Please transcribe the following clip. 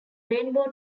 rainbow